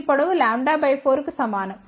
ఈ పొడవు λ 4 కు సమానం